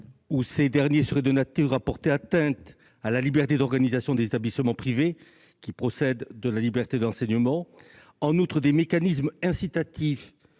disposition serait de nature à porter atteinte à la liberté d'organisation des établissements privés, laquelle procède de la liberté d'enseignement. En outre, des mécanismes incitatifs